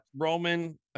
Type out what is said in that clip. roman